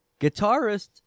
Guitarist